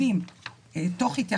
אנחנו משלמים את כל ההוצאות לכנסת.